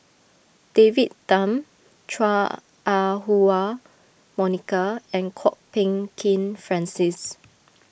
David Tham Chua Ah Huwa Monica and Kwok Peng Kin Francis